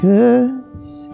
Cause